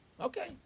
Okay